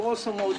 גרוסו מודו.